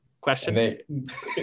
Questions